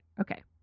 okay